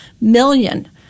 million